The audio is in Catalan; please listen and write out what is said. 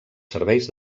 serveis